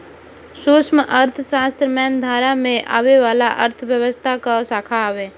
सूक्ष्म अर्थशास्त्र मेन धारा में आवे वाला अर्थव्यवस्था कअ शाखा हवे